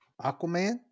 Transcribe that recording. Aquaman